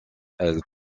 elle